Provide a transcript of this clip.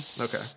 Okay